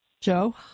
Joe